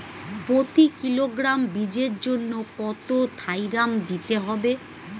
প্রতি কিলোগ্রাম বীজের জন্য কত থাইরাম দিতে হবে?